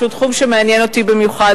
שהוא תחום שמעניין אותי במיוחד,